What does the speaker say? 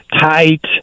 tight